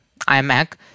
iMac